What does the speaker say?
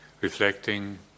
reflecting